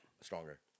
Stronger